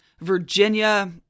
Virginia